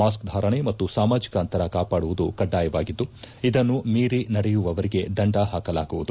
mask ಧಾರಣೆ ಮತ್ತು ಸಾಮಾಜಿಕ ಅಂತರ ಕಾಪಾಡುವುದು ಕಡ್ಡಾಯವಾಗಿದ್ದು ಇದನ್ನು ಮೀರಿ ನಡೆಯುವವರಿಗೆ ದಂಡ ಪಾಕಲಾಗುವುದು